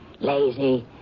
lazy